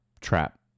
trap